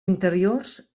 interiors